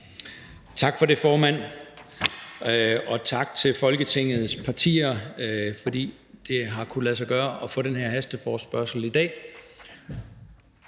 Tak for det, formand, og tak til Folketingets partier for, at det har kunnet lade sig gøre at få den her hasteforespørgsel i dag.